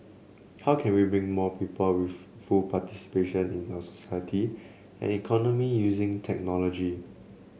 how can we bring more people with full participation in our society and economy using technology